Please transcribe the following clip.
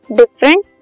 different